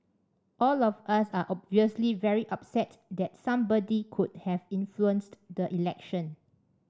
all of us are obviously very upset that somebody could have influenced the election